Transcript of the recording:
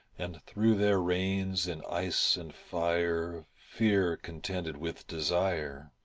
and through their reins in ice and fire fear contended with desire.